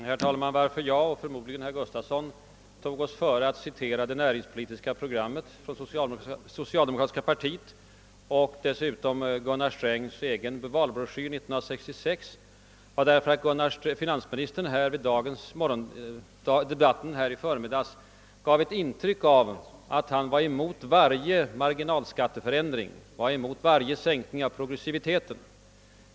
Herr talman! Att jag — samma sak gäller förmodligen herr Custafson i Göteborg — tog mig för att citera socialdemokratiska partiets näringspolitiska program och dessutom Gunnar Strängs egen valbroschyr från 1966 berodde på att finansministern under debatten i förmiddags gav ett intryck av att han var emot varje marginalskatteförändring, var emot varje sänkning av progressiviteten.